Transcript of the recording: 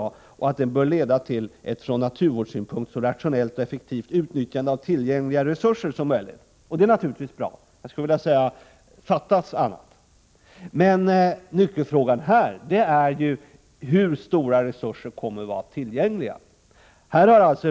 Han säger vidare att det ”bör leda till ett från naturvårdssynpunkt så rationellt och effektivt utnyttjande av tillgängliga resurser som möjligt”, och det är naturligtvis också bra. Jag skulle vilja säga: Fattas annat! Nyckelfrågan är hur stora resurser som kommer att vara tillgängliga.